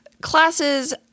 Classes